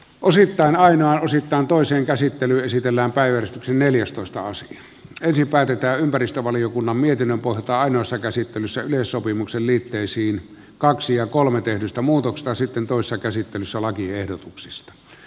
osittain aina osittain toisen käsittely esitellään päivät neljästoista avasi ensin päätetään ympäristövaliokunnan mietinnön pohjalta ainoassa käsittelyssä yleissopimuksen liitteisiin ii ja iii tehdystä muutoksesta ja sitten toisessa käsittelyssä lakiehdotuksista